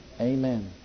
Amen